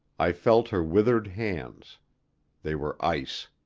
i felt her withered hands they were ice.